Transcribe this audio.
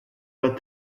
but